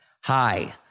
Hi